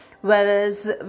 whereas